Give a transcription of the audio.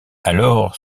alors